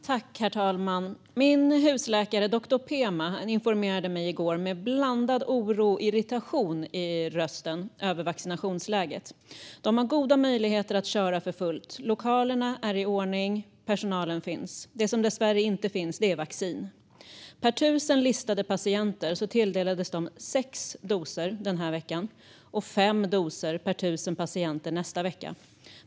Herr talman! Min husläkare doktor Pema informerade mig i går med blandad oro och irritation i rösten om vaccinationsläget. De har goda möjligheter att köra för fullt. Lokalerna är i ordning, och personalen finns. Det som dessvärre inte finns är vaccin. De tilldelades 6 doser per 1 000 listade patienter denna vecka, och 5 doser per 1 000 patienter nästa vecka.